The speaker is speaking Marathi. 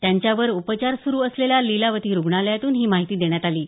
त्यांच्यावर उपचार सुरू असलेल्या लिलावती रुग्णालयातून ही माहिती देण्यात आली आहे